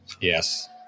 yes